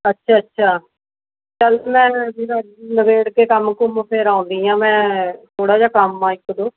ਅੱਛਾ ਅੱਛਾ ਚੱਲ ਮੈਂ ਫਿਰ ਨਿਬੇੜ ਕੇ ਕੰਮ ਕੁੰਮ ਫਿਰ ਆਉਂਦੀ ਹਾਂ ਮੈਂ ਥੋੜ੍ਹਾ ਜਿਹਾ ਕੰਮ ਹੈ ਇੱਕ ਦੋ